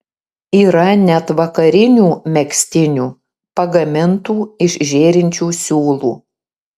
yra net vakarinių megztinių pagamintų iš žėrinčių siūlų